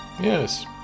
Yes